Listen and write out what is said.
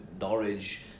Norwich